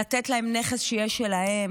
לתת להם נכס שיהיה שלהם,